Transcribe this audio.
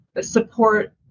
support